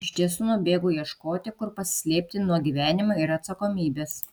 iš tiesų nubėgau ieškoti kur pasislėpti nuo gyvenimo ir atsakomybės